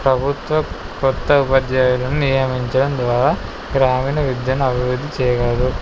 ప్రభుత్వ క్రొత్త ఉపాధ్యాయులను నియమించడం ద్వారా గ్రామీణ విద్యను అభివృద్ధి చేయగలదు